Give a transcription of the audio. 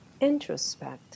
introspect